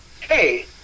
hey